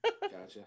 Gotcha